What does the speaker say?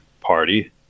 party